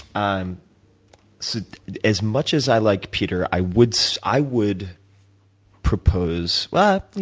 um so as much as i like peter, i would so i would propose but you